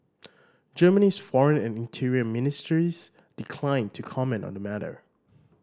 Germany's foreign and interior ministries declined to comment on the matter